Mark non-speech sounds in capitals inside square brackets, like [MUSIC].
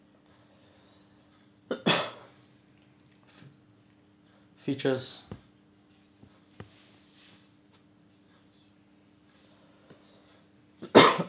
[COUGHS] features [COUGHS]